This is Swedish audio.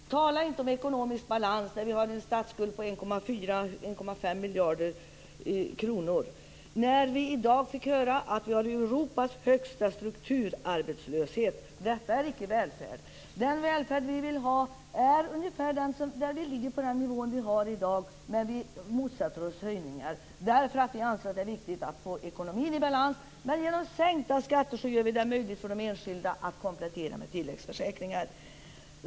Herr talman! Tala inte om ekonomisk balans när vi har en statsskuld på mellan 1,4 och 1,5 biljoner kronor och när vi i dag fick höra att vi har Europas högsta strukturarbetslöshet! Detta är icke välfärd. Den välfärd vi vill ha motsvarar ungefär den nivå vi har i dag, men vi motsätter oss höjningar, eftersom vi anser att det är viktigt att få ekonomin i balans. Genom sänkta skatter gör vi det möjligt för de enskilda att komplettera med tilläggsförsäkringar.